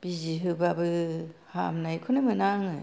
बिजि होबाबो हामनायखौनो मोना आङो